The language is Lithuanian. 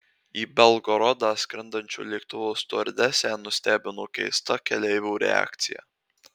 į belgorodą skrendančio lėktuvo stiuardesę nustebino keista keleivių reakcija